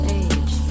age